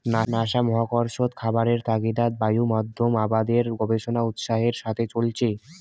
NASA মহাকর্ষত খাবারের তাগিদাত বায়ুমাধ্যম আবাদের গবেষণা উৎসাহের সথে চইলচে